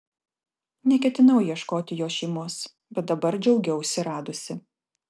neketinau ieškoti jo šeimos bet dabar džiaugiausi radusi